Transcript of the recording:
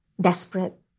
desperate